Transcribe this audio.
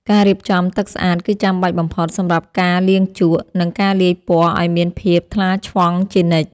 ការរៀបចំទឹកស្អាតគឺចាំបាច់បំផុតសម្រាប់ការលាងជក់ និង ការលាយពណ៌ឱ្យមានភាពថ្លាឆ្វង់ជានិច្ច។